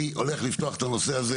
אני הולך לפתוח את הנושא הזה